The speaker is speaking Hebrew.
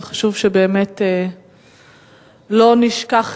וחשוב שבאמת לא נשכח יום-יום,